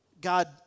God